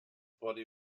body